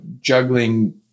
juggling